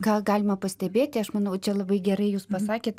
ką galima pastebėt tai aš manau čia labai gerai jūs pasakėt